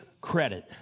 credit